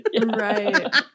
Right